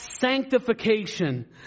sanctification